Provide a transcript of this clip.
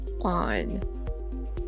on